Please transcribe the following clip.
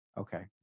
Okay